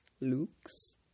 Luke's